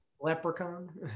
Leprechaun